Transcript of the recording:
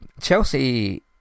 Chelsea